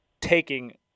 taking